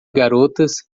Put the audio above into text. garotas